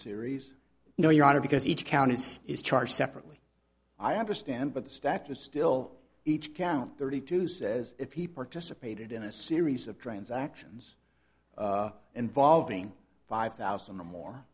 series no your honor because each county is charged separately i understand but the statute still each count thirty two says if he participated in a series of drains actions involving five thousand or more